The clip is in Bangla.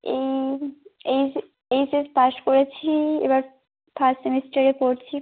এই এইচ এইচ এস পাশ করেছি এবার থার্ড সেমিস্টারে পড়ছি